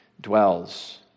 dwells